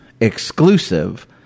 exclusive